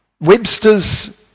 Webster's